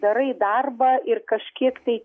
darai darbą ir kažkiek tai